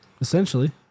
Essentially